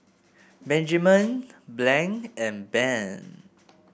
Benjiman Blaine and Ben